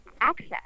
access